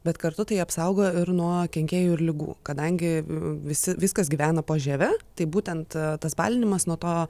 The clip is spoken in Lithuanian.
bet kartu tai apsaugo ir nuo kenkėjų ir ligų kadangi visi viskas gyvena po žieve tai būtent tas balinimas nuo to